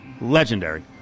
Legendary